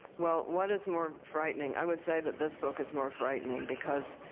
well, what is more frightening? i would say that this book is more frightening because